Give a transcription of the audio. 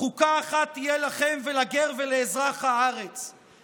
"חֻקָּה אחת יהיה לכם ולגר ולאזרח הארץ";